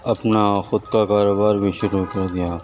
اپنا خود کا کاروبار بھی شروع کر دیا